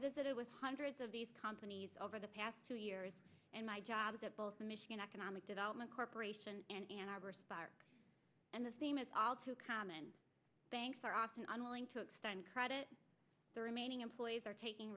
visited with hundreds of these companies over the past two years and my job is at both michigan economic development corporation and ann arbor spark and the theme is all too common banks are often unwilling to extend credit the remaining employees are taking